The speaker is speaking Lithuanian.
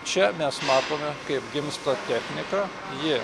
čia mes matome kaip gimsta technika ji